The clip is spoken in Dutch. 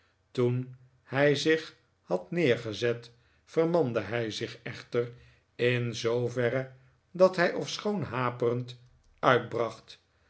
toen hij zich had neergezet vermande hij zich echter in zooverre dat hij ofschoon haperend uithracht